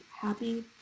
happy